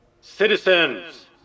Citizens